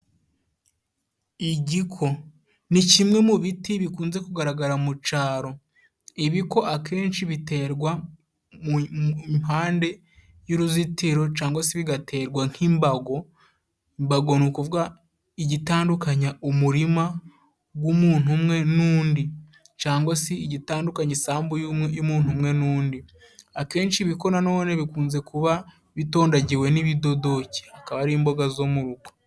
Igiko ni kimwe mu biti bikunze kugaragara mu cyaro ibi ko akenshi biterwa mu mpande y'uruzitiro cyangwa se bigaterwa nk'imbago. Imbago nu kuvuga igitandukanya umurima w'umuntu umwe n'undi cyangwa se igitandukanya isambu y' umuntu umwe n'undi .Akenshi ibiko nanone bikunze kuba bitondagiwe n'ibidodoke akaba ari imboga zo mu rugo.